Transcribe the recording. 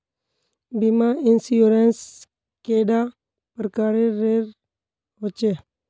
बीमा इंश्योरेंस कैडा प्रकारेर रेर होचे